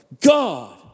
God